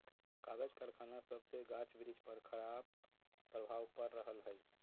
कागज करखना सभसे गाछ वृक्ष पर खराप प्रभाव पड़ रहल हइ